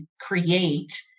create